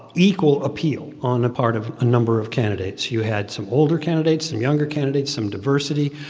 equal appeal on a part of a number of candidates. you had some older candidates, some younger candidates, some diversity.